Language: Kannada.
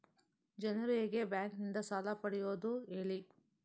ಜನರು ಹೇಗೆ ಬ್ಯಾಂಕ್ ನಿಂದ ಸಾಲ ಪಡೆಯೋದು ಹೇಳಿ